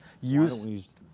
use-